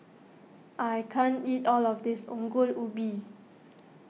I can't eat all of this Ongol Ubi